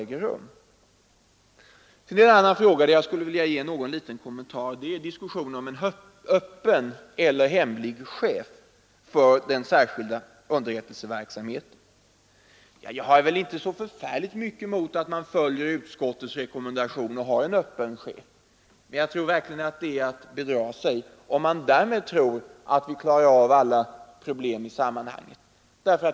Sedan vill jag också göra en liten kommentar till diskussionen om en öppen eller en hemlig chef för den särskilda underrättelseverksamheten. Jag har väl inte så förfärligt mycket emot att man följer utskottets rekommendation och har en öppen chef, men det är nog att bedra sig själv att tro att vi därmed klarar av alla problem i sammanhanget.